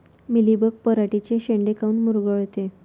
Mealybug पराटीचे चे शेंडे काऊन मुरगळते?